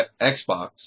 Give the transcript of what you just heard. Xbox